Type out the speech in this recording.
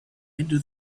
into